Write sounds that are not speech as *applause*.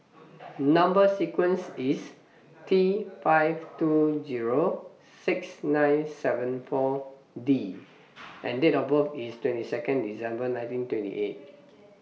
Number sequence IS T five two Zero six nine seven four D *noise* and Date of birth IS twenty Second December nineteen twenty eight